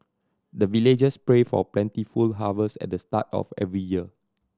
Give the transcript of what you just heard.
the villagers pray for plentiful harvest at the start of every year